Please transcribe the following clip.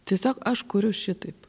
tiesiog aš kuriu šitaip